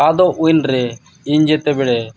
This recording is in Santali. ᱟᱫᱚ ᱩᱱᱨᱮ ᱤᱧ ᱡᱮᱛᱮ ᱵᱟᱲᱮ